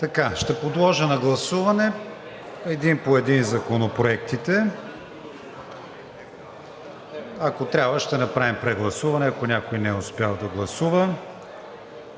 Подлагам на гласуване един по един законопроектите, а ако трябва, ще направим прегласуване, ако някой не е успял да гласува.